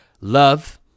love